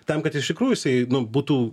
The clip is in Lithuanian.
tam kad iš tikrųjų jisai nu būtų